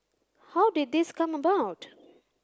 how did this come about